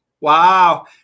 Wow